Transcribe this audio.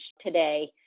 today